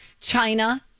China